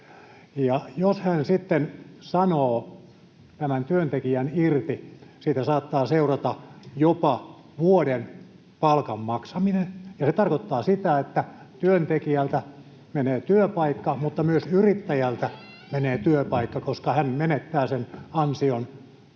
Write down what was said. jos hän sitten sanoo tämän työntekijän irti, siitä saattaa seurata jopa vuoden palkan maksaminen. Se tarkoittaa sitä, että työntekijältä menee työpaikka, mutta myös yrittäjältä menee työpaikka, koska hän menettää